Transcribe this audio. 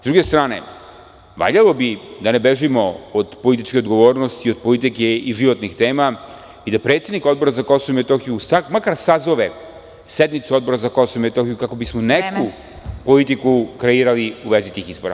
S druge strane, valjalo bi da ne bežimo od političke odgovornosti, od politike i životnih tema i da predsednik Odbora za Kosovo i Metohiju, makar sazove sednicu Odbora za Kosovo i Metohiju, kako bi smo neku politiku kreirali u vezi tih izbora.